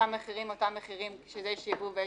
שהמחירים אותם מחירים כשיש ייבוא,